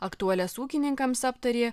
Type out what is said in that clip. aktualias ūkininkams aptarė